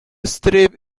strip